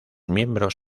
miembros